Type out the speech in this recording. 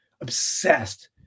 obsessed